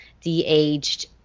de-aged